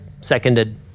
seconded